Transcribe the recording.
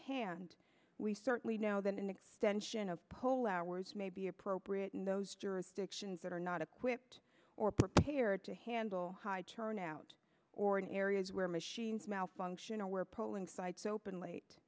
hand we certainly know that an extension of poll hours may be appropriate in those jurisdictions that are not equipped or prepared to handle high turnout or in areas where machines malfunction or where polling sites open late